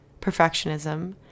perfectionism